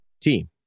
team